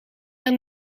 haar